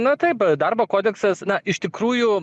na taip darbo kodeksas na iš tikrųjų